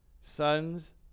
Sons